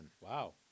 Wow